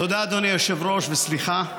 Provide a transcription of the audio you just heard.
תודה, אדוני היושב-ראש, וסליחה.